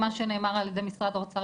עם מה שנאמר על ידי משרד האוצר,